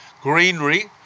greenery